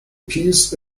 peace